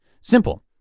Simple